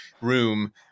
room